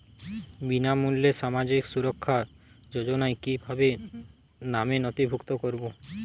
বিনামূল্যে সামাজিক সুরক্ষা যোজনায় কিভাবে নামে নথিভুক্ত করবো?